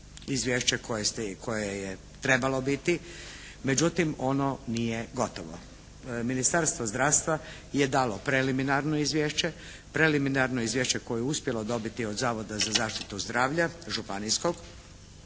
izvješće koje je trebalo biti. Međutim ono nije gotovo. Ministarstvo zdravstva je dalo preliminarno izvješće. Preliminarno izvješće koje je uspjelo dobiti od Zavoda za zaštitu zdravlja županijskog